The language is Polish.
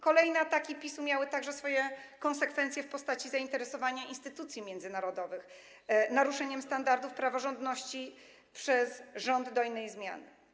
Kolejne ataki PiS-u miały także swoje konsekwencje w postaci zainteresowania instytucji międzynarodowych naruszeniem standardów praworządności przez rząd dojnej zmiany.